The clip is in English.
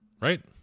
Right